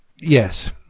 Yes